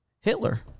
Hitler